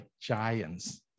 giants